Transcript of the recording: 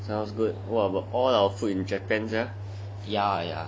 sounds good but all our food in japan sia